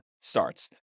starts